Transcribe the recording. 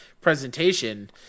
presentation